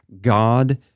God